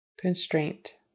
constraint